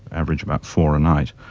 average about four a night,